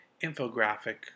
infographic